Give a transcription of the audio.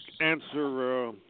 answer